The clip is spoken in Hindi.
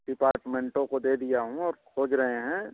डिपार्टमेंटों को दे दिया हूँ और खोज रहे हैं